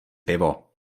pivo